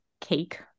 cake